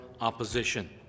opposition